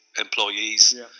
employees